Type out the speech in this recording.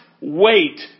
wait